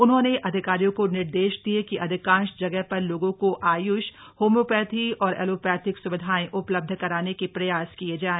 उन्होंने अधिकारियों को निर्देश दिये कि अधिकांश जगह पर लोगों को आय्ष होम्योपैथी और ऐलोपैथिक सुविधाएं उपलब्ध कराने के प्रयास किये जाए